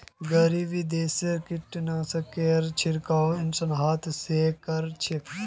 गरीब देशत कीटनाशकेर छिड़काव इंसान हाथ स कर छेक